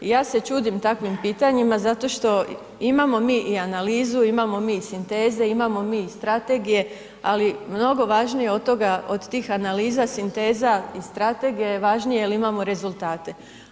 Ja se čudim takvim pitanjima zašto što imamo mi i analizu, imamo mi i sinteze, imamo mi i strategije, ali mnogo važnije od toga, od tih analiza, sinteza i strategija je važnije jel imamo rezultate.